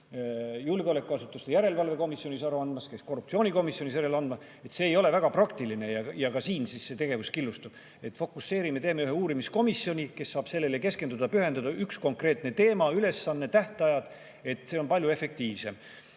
käis julgeolekuasutuste järelevalve erikomisjonis, käis korruptsioonikomisjonis aru andmas. See ei ole väga praktiline ja siis see tegevus killustub. Fokusseerime, teeme ühe uurimiskomisjoni, kes saab sellele keskenduda, pühenduda, üks konkreetne teema, ülesanne, tähtajad – see on palju efektiivsem.